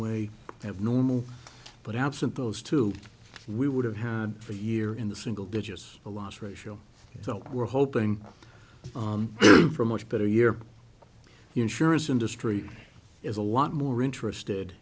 way have normal but absent those two we would have had for a year in the single digits a loss ratio so we're hoping for a much better year the insurance industry is a lot more interested